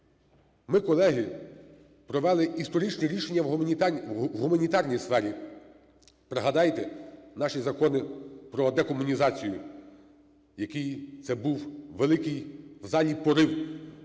Ми, колеги, провели історичні рішення в гуманітарній сфері. Пригадайте наші закони про декомунізацію. Який це був великий в залі порив,